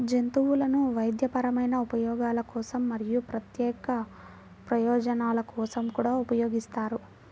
జంతువులను వైద్యపరమైన ఉపయోగాల కోసం మరియు ప్రత్యేక ప్రయోజనాల కోసం కూడా ఉపయోగిస్తారు